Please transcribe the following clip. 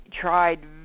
tried